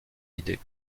idée